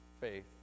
faith